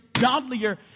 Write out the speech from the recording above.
godlier